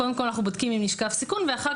אנחנו קודם כל בודקים אם נשקף סיכון ואחר